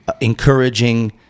encouraging